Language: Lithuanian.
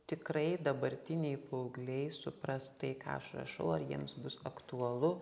tikrai dabartiniai paaugliai supras tai ką aš rašau ar jiems bus aktualu